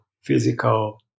physical